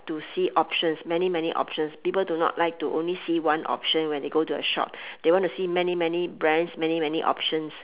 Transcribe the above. to see options many many options people do not like to only see one option when they go to a shop they want to see many many brands many many options